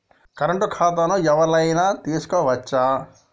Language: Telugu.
కరెంట్ ఖాతాను ఎవలైనా తీసుకోవచ్చా?